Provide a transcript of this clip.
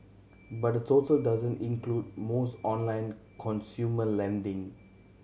but the total doesn't include most online consumer lending